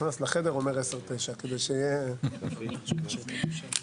13:07 ונתחדשה בשעה